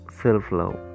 self-love